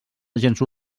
agents